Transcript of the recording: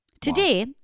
Today